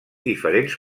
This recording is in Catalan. diferents